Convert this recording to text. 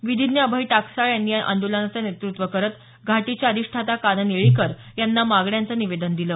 विधिज्ञ अभय टाकसाळ यांनी या आंदोलनाचं नेतृत्व करत घाटीच्या अधिष्ठाता कानन येळीकर यांना मागण्यांचं निवेदन दिलं